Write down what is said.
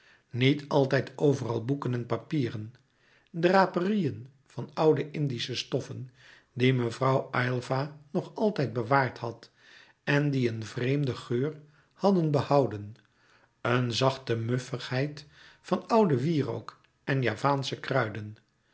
niet altijd overal boeken en papieren draperieën van oude indische stoffen die mevrouw aylva nog altijd bewaard had en die een vreemden geur hadden behouden een zachte muffigheid van ouden wierook en javaansche kruiden